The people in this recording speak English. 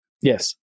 Yes